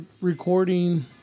recording